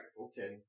okay